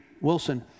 Wilson